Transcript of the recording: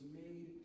made